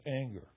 anger